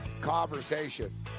conversation